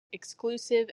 exclusive